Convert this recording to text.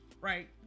right